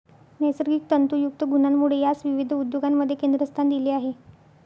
नैसर्गिक तंतुयुक्त गुणांमुळे यास विविध उद्योगांमध्ये केंद्रस्थान दिले आहे